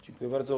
Dziękuję bardzo.